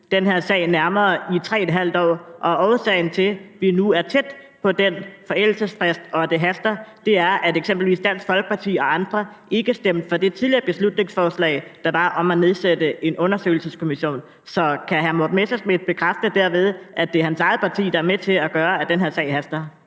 den her sag nærmere i 3½ år. Årsagen til, at vi nu er tæt på den forældelsesfrist, og at det haster, er, at eksempelvis Dansk Folkeparti og andre ikke stemte for det tidligere beslutningsforslag, der var, om at nedsætte en undersøgelseskommission. Så kan hr. Morten Messerschmidt derved bekræfte, at det er hans eget parti, der er med til at gøre, at den her sag haster?